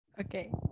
okay